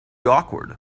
awkward